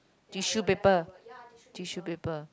tissue paper tissue paper